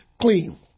clean